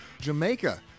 Jamaica